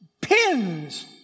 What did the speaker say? pins